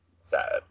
sad